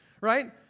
right